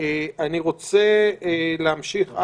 אני רוצה להמשיך הלאה.